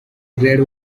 grade